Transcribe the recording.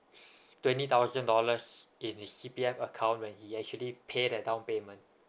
s~ twenty thousand dollars in his C_P_F account when he actually pay the down payment